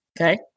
okay